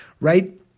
right